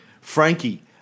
Frankie